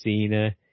Cena